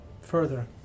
further